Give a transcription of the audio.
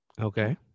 Okay